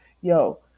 yo